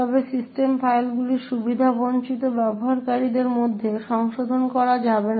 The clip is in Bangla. তবে সিস্টেম ফাইলগুলি সুবিধাবঞ্চিত ব্যবহারকারীদের মধ্যে সংশোধন করা যাবে না